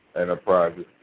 Enterprises